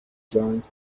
joins